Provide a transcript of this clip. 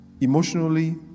emotionally